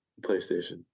PlayStation